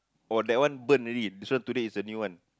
oh that one burn already this one today is a new one